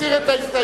מסיר את ההסתייגות.